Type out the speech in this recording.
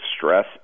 stress